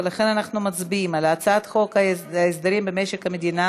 ולכן אנחנו מצביעים על הצעת חוק הסדרים במשק המדינה